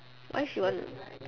why she want